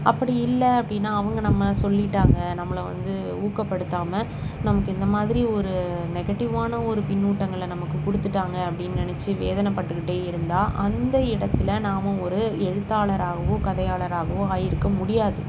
அப்படி இல்லை அப்படின்னா அவங்க நம்ம சொல்லிட்டாங்கள் நம்மளை வந்து ஊக்கப்படுத்தாமல் நமக்கு இந்த மாதிரி ஒரு நெகட்டிவ்வான ஒரு பின்னூட்டங்களை நமக்கு கொடுத்துட்டாங்க அப்படின்னு நினச்சு வேதனை பட்டுக்கிட்டே இருந்தால் அந்த இடத்தில் நாம் ஒரு எழுத்தாளராகவோ கதையாளராகவோ ஆயிருக்க முடியாது